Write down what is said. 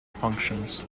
functions